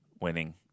winning